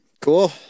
Cool